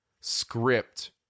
script